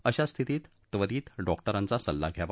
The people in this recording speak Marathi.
अशा स्थितीत त्वरित डॉक्टरांचा सल्ला घ्यावा